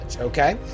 okay